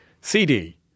CD